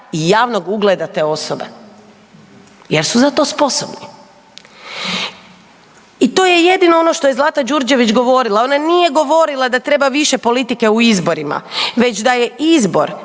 i javnog ugleda te osobe jer su za to sposobni. I to je jedino ono što je Zlata Đurđević govorila, ona nije govorila da treba vise politike u izborima, već da je izbor